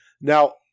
Now